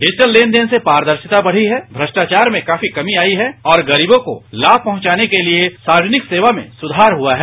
digital लेन देन से पारदर्शिता बढ़ी है भ्रष्टाचार में काफी कमी आई है और गरीवों को लाभ पहुंचाने के लिए सार्वजनिक सेवा में सुधार हुआ है